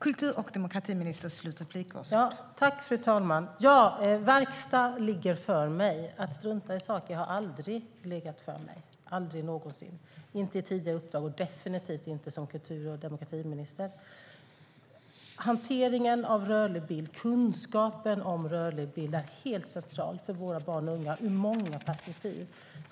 Fru talman! Verkstad ligger för mig. Att strunta i saker har aldrig legat för mig - inte i tidigare uppdrag och definitivt inte som kultur och demokratiminister. Hanteringen av rörlig bild och kunskapen om rörlig bild är central för våra barn och unga ur många perspektiv.